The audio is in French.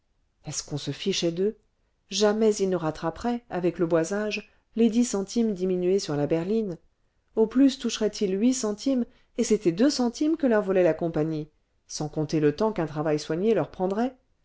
est-ce qu'on se fichait d'eux jamais ils ne rattraperaient avec le boisage les dix centimes diminués sur la berline au plus toucheraient ils huit centimes et c'était deux centimes que leur volait la compagnie sans compter le temps qu'un travail soigné leur prendrait